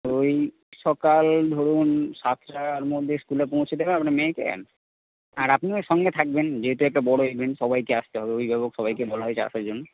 ওই সকাল ধরুন সাতটার মধ্যে স্কুলে পৌঁছে দেওয়া আপনার মেয়েকে আর আপনারা সঙ্গে থাকবেন যেহেতু একটা বড়ো ইভেন্ট সবাইকে আসতে হবে অভিভাবক সবাইকে বলা হয়েছে আসার জন্য